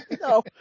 No